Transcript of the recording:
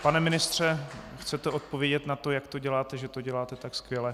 Pane ministře, chcete odpovědět na to, jak to děláte, že to děláte tak skvěle?